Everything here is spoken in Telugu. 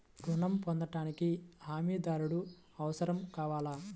ఋణం పొందటానికి హమీదారుడు అవసరం కావాలా?